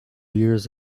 years